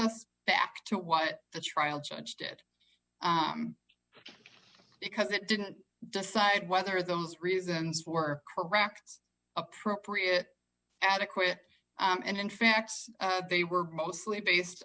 us back to what the trial judge did because it didn't decide whether those reasons were correct appropriate adequate and in fact they were mostly based